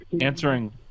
answering